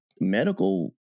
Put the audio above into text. medical